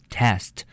test